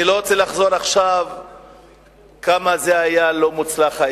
אני לא רוצה לחזור ולומר עכשיו כמה האיחוד היה לא מוצלח.